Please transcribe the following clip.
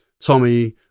Tommy